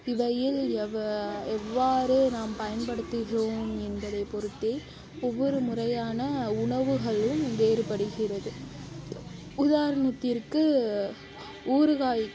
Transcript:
இவையில் எவ்வு எவ்வாறு நாம் பயன்படுத்துகிறோம் என்பதை பொறுத்தே ஒவ்வொரு முறையான உணவுகளும் வேறுபடுகிறது உதாரணத்திற்கு ஊறுகாய்